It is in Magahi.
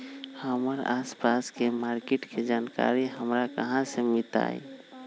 हमर आसपास के मार्किट के जानकारी हमरा कहाँ से मिताई?